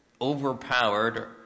overpowered